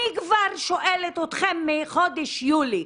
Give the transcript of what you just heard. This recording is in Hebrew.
אני כבר שואלת אתכם מחודש יולי.